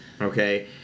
Okay